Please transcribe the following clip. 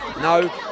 No